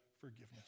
forgiveness